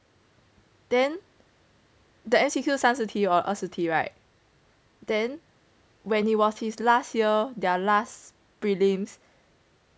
then the M_C_Q 三十题 or 二十题 right then when he was his last year their last prelims